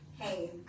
hey